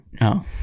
No